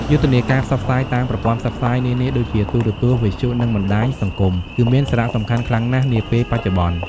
យុទ្ធនាការផ្សព្វផ្សាយតាមប្រព័ន្ធផ្សព្វផ្សាយនានាដូចជា ទូរទស្សន៍ វិទ្យុ និងបណ្តាញសង្គម គឺមានសារៈសំខាន់ខ្លាំងណាស់នាពេលបច្ចុប្បន្ន។